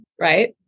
Right